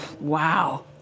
Wow